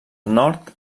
nord